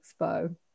expo